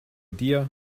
dir